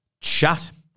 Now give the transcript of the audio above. chat